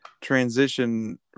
transition